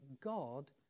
God